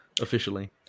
Officially